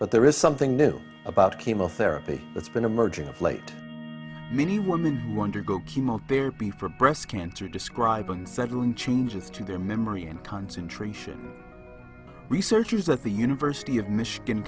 but there is something new about chemotherapy that's been emerging of late many women want to go chemotherapy for breast cancer describe unsettling changes to their memory and concentration researchers at the university of michigan